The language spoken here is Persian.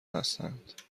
هستند